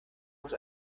muss